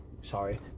Sorry